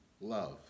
love